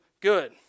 good